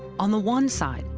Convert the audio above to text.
on the one side,